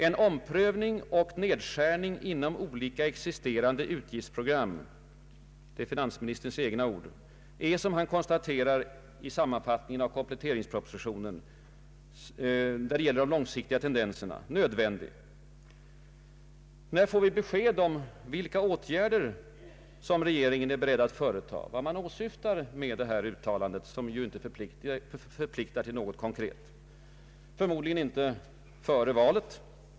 ”En omprövning och nedskärning inom olika existerande utgiftsprogram” — det är finansministerns egna ord är, som han konstaterar i sammanfattningen av kompletteringspropositionen när det gäller de långsiktiga tendenserna, nödvändig. När får vi besked om vilka åtgärder regeringen är beredd företa, vad man syftar till med detta uttalande som inte förpliktar till något konkret? Förmodligen inte före valet.